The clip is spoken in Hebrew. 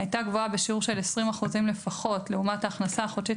הייתה גבוהה בשיעור של 20% לפחות לעומת ההכנסה החודשית